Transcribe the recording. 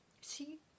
see